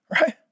Right